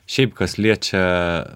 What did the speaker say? šiaip kas liečia